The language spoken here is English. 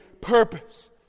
purpose